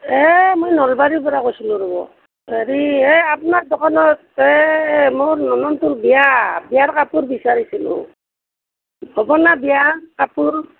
এ মই নলবাৰীৰ পৰা কৈছিলোঁ ৰ'ব হেৰি এই আপোনাৰ দোকানত এই মোৰ ননদটোৰ বিয়া বিয়াৰ কাপোৰ বিচাৰিছিলোঁ হ'ব না বিয়া কাপোৰ